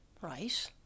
right